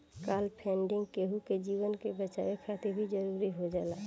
काल funding केहु के जीवन के बचावे खातिर भी जरुरी हो जाला